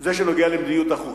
זה שנוגע למדיניות החוץ.